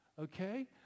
okay